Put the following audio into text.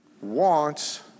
wants